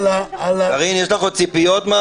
רוויזיה על הסתייגות מס'